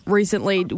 recently